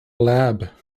lab